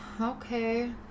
Okay